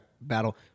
battle